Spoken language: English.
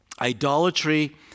Idolatry